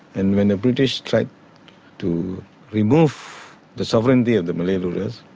and when the british tried to remove the sovereignty of the malay rulers,